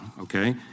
Okay